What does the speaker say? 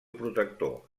protector